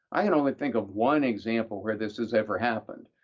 i can only think of one example where this has ever happened.